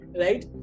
Right